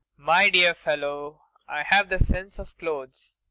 my dear fellow i have the sense of clothes.